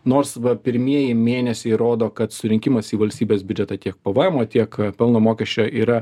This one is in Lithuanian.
nors pirmieji mėnesiai rodo kad surinkimas į valstybės biudžetą tiek pvmo tiek pelno mokesčio yra